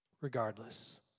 regardless